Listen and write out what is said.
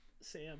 Sam